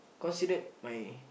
considered my